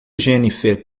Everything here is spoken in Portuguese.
jennifer